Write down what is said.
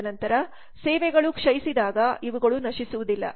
ತದನಂತರ ಸೇವೆಗಳು ಕ್ಷಯಿಶಿದಾಗ ಇವುಗಳು ನಶಿಸುವುದಿಲ್ಲ